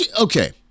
okay